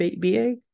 BA